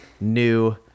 new